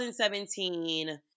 2017